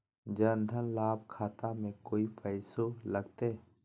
जन धन लाभ खाता में कोइ पैसों लगते?